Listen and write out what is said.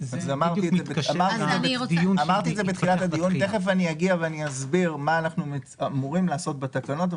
תיכף אני אגיע ואני אסביר מה אנחנו אמורים לעשות בתקנות.